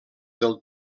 del